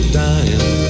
dying